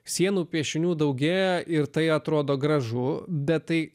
sienų piešinių daugėja ir tai atrodo gražu bet tai